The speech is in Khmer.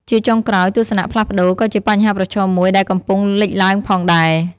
ជាចុងក្រោយ ទស្សនៈផ្លាស់ប្ដូរ ក៏ជាបញ្ហាប្រឈមមួយដែលកំពុងលេចឡើងផងដែរ។